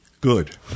good